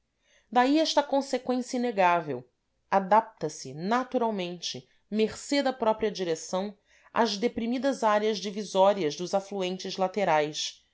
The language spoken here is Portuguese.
daí esta conseqüência inegável adapta se naturalmente mercê da própria direção às deprimidas áreas divisórias dos afluentes laterais